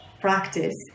practice